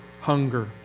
hunger